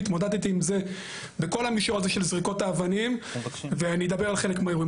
התמודדתי עם זה בכל המישור של זריקות אבנים ואני אדבר על חלק מהאירועים.